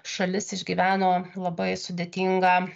šalis išgyveno labai sudėtingą